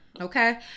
Okay